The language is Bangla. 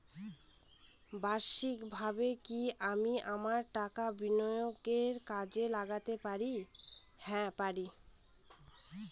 বার্ষিকভাবে কি আমি আমার টাকা বিনিয়োগে কাজে লাগাতে পারি?